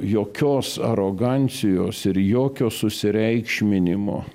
jokios arogancijos ir jokio susireikšminimo